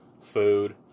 food